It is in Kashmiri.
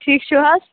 ٹھیٖک چھِو حظ